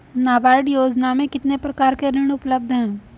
नाबार्ड योजना में कितने प्रकार के ऋण उपलब्ध हैं?